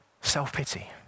self-pity